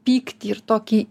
pyktį ir tokį